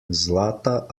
zlata